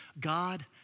God